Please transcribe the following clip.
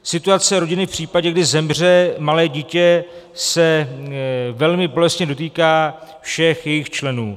Situace rodiny v případě, kdy zemře malé dítě, se velmi bolestně dotýká všech jejich členů.